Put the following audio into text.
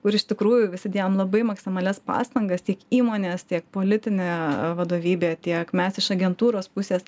kur iš tikrųjų visi dėjom labai maksimalias pastangas tiek įmonės tiek politinė vadovybė tiek mes iš agentūros pusės